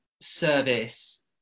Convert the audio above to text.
service